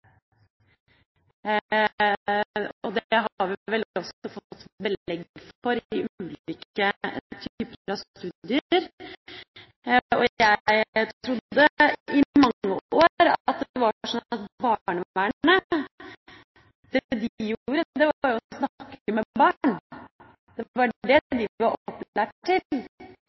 Det har vi vel også fått belegg for i ulike typer studier. Jeg trodde i mange år at det var sånn at det barnevernet gjorde, det var jo å snakke med barn, at det var det de var opplært til. Men det viser seg jo at barnevernet har ikke kompetanse til